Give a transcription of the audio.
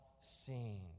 seen